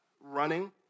running